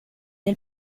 del